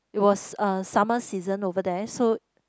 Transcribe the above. it was uh summer season over there so